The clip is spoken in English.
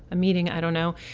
a meeting, i don't know.